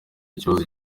ikibazo